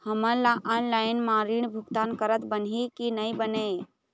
हमन ला ऑनलाइन म ऋण भुगतान करत बनही की नई बने?